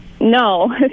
no